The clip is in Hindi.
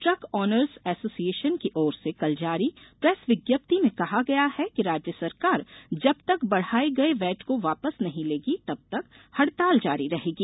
ट्रक ऑनर्स एसोसिएशन की ओर से कल जारी प्रेस विज्ञप्ति में कहा गया है कि राज्य सरकार जब तक बढ़ाये गये वैट को वापस नहीं लेगी तब तक हड़ताल जारी रहेगी